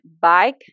bike